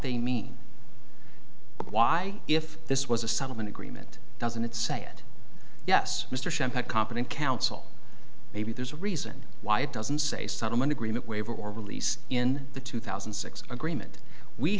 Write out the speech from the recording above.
they mean why if this was a settlement agreement doesn't it say it yes mr competent counsel maybe there's a reason why it doesn't say settlement agreement waiver or release in the two thousand and six agreement we